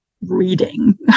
reading